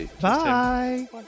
bye